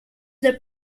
the